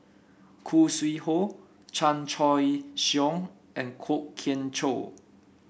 Khoo Sui Hoe Chan Choy Siong and Kwok Kian Chow